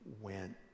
went